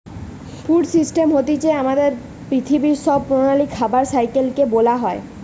food system হতিছে আমাদের পৃথিবীর সব প্রাণীদের খাবারের সাইকেল কে বোলা হয়